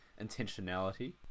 intentionality